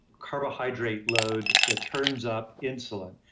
carbohydrate load that turns up insulin.